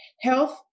health